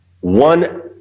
One